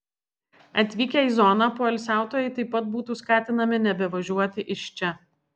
atvykę į zoną poilsiautojai taip pat būtų skatinami nebevažiuoti iš čia